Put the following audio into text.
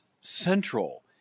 central